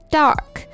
dark